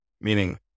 meaning